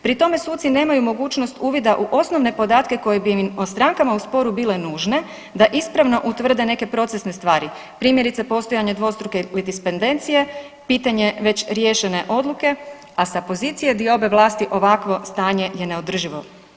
Pri tome suci nemaju mogućnost uvida u osnovne podatke koje bi im o stranku u sporu bile nužne da ispravno utvrde neke procesne stvari, primjerice postojanje dvostruke litispedencije, pitanje već riješene odluke a s pozicije diobe vlasti, ovakvo stanje je neodrživo.